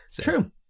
True